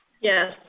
Yes